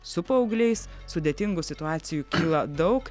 su paaugliais sudėtingų situacijų kyla daug